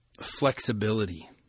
flexibility